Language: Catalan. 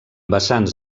vessants